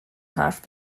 حرف